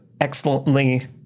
excellently